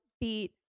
beat